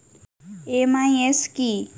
MIS কি?